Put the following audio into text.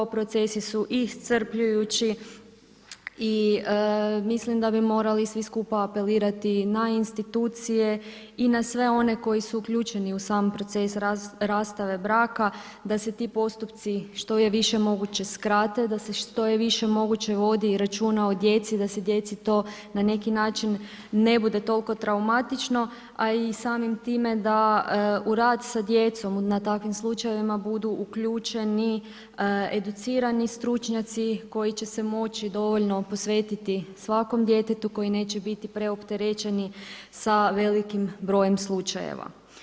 Procesi su iscrpljujući i mislim da bi morali svi skupa apelirati na institucije i na sve one koji su uključeni u sam proces rastave braka, da se ti postupci što je više moguće skrate, da se što je više moguće vodi računa o djeci, da se djeci to na neki način ne bude toliko traumatično, a i samim time da u rad sa djecom na takvim slučajevima budu uključeni educirani stručnjaci koji će se moći dovoljno posvetiti svakom djetetu koje neće biti preopterećeni sa velikim brojem slučajeva.